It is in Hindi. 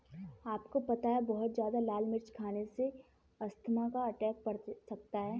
आपको पता है बहुत ज्यादा लाल मिर्च खाने से अस्थमा का अटैक पड़ सकता है?